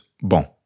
bon